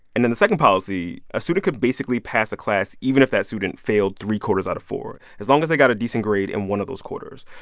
and then the second policy a student sort of could basically pass a class even if that student failed three quarters out of four as long as they got a decent grade in one of those quarters.